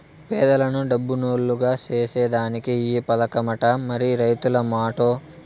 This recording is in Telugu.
పేదలను డబ్బునోల్లుగ సేసేదానికే ఈ పదకమట, మరి రైతుల మాటో